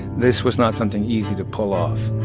this was not something easy to pull off